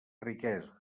riquesa